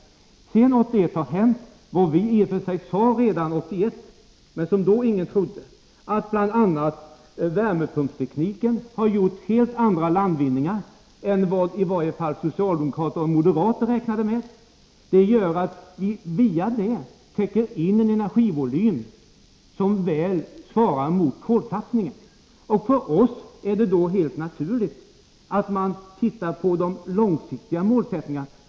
Sedan 1981 har hänt vad vi i och för sig redan 1981 sade skulle hända, men som ingen då trodde, nämligen att bl.a. värmepumpstekniken har gjort helt andra landvinningar än vad i varje fall socialdemokraterna och moderaterna räknade med. Det gör att vi täcker in en energivolym som väl svarar mot kolsatsningen. För oss är det då helt naturligt att man ser på de långsiktiga målen.